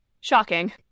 Shocking